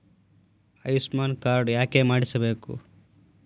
Ayushman card ಯಾಕೆ ಮಾಡಿಸಬೇಕು?